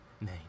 name